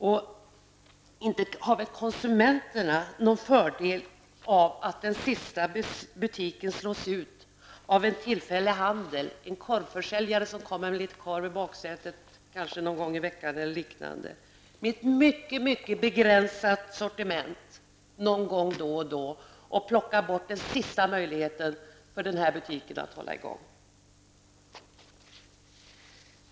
Inte har väl konsumenterna någon fördel av att den sista butiken slås ut av en tillfällig handel med ett mycket begränsat sortiment t.ex. en korvförsäljare som kommer med korv i baksätet på bilen någon gång i veckan. En sådan tillfällig handel kan ta bort den sista möjligheten för den fasta butiken att hålla i gång.